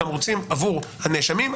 התמריצים עבור הנאשמים,